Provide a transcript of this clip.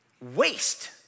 waste